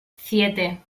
siete